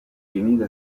jimmy